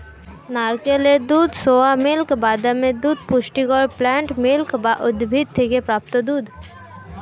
নারকেলের দুধ, soya milk, বাদামের দুধ পুষ্টিকর প্লান্ট মিল্ক বা উদ্ভিদ থেকে প্রাপ্ত দুধ